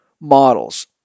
models